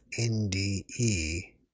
NDE